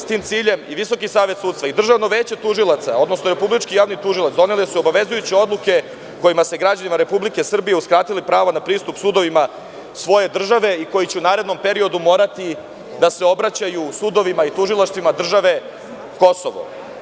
S tim ciljem i VSS i Državno veće tužilaca, odnosno republički javni tužilac, doneli su obavezujuće odluke kojima bi se građanima Republike Srbije uskratilo pravo na pristup sudovima svoje države i koji će u narednom periodu morati da se obraćaju sudovima i tužilaštvima države Kosovo.